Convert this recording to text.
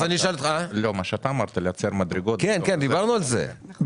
דיברנו על יצירת מדרגות,